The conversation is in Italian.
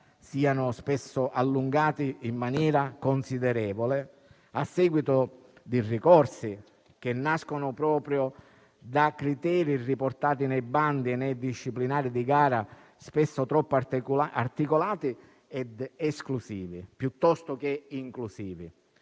siano spesso allungati in maniera considerevole a seguito di ricorsi che nascono proprio da criteri riportati nei bandi e nei disciplinari di gara spesso troppo articolati ed esclusivi, piuttosto che inclusivi,